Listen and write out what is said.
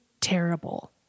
terrible